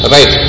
Right